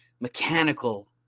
mechanical